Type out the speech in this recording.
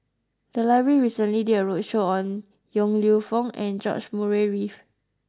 the library recently did a roadshow on Yong Lew Foong and George Murray Reith